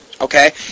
Okay